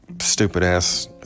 stupid-ass